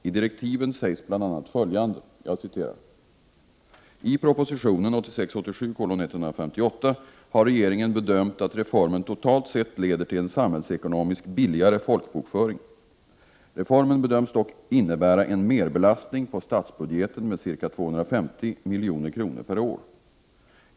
I direktiven sägs bl.a. följande: ”I propositionen har regeringen bedömt att reformen totalt sett leder till en samhällsekonomiskt billigare folkbokföring. Reformen bedöms dock innebära en merbelastning på statsbudgeten med ca 250 milj.kr. per år.